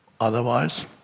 Otherwise